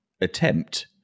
attempt